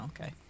okay